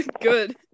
Good